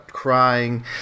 crying